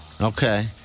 Okay